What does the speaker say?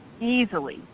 easily